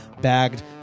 bagged